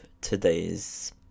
today's